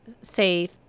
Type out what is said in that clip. say